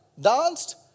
danced